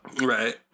Right